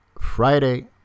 Friday